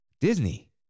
Disney